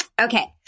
okay